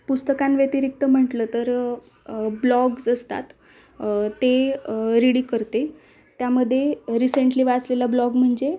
पुस्तकांव्यतिरिक्त म्हटलं तर ब्लॉग्स असतात ते रीडींग करते त्यामध्ये रिसेंटली वाचलेला ब्लॉग म्हणजे